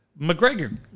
McGregor